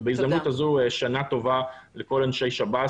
ובהזדמנות הזו שנה לטובה לכל אנשי שב"ס